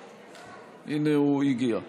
הינה, הוא הגיע.